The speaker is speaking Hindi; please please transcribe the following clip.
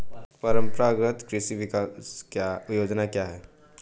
परंपरागत कृषि विकास योजना क्या है?